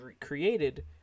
created